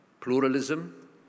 pluralism